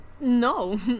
No